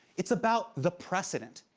it's about the precedent.